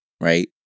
right